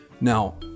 Now